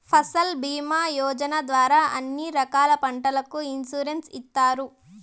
ఫసల్ భీమా యోజన ద్వారా అన్ని రకాల పంటలకు ఇన్సురెన్సు ఇత్తారు